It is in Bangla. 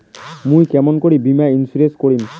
মুই কেমন করি বীমা ইন্সুরেন্স করিম?